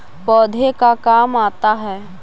पौधे का काम आता है?